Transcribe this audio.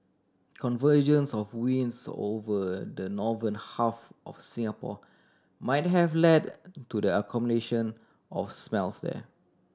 convergence of winds over the northern half of Singapore might have led to the accumulation of smells there